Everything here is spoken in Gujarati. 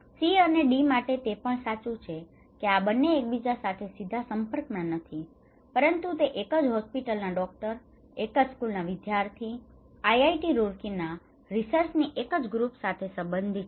C અને D માટે તે પણ સાચું છે કે આ બંને એકબીજા સાથે સીધા સંપર્કમાં નથી પરંતુ તે એક જ હોસ્પિટલના ડોક્ટર એક જ સ્કૂલના વિદ્યાર્થી IIT Roorkee ના રીસર્ચસની જેમ એક ગ્રુપ સાથે સંબંધિત છે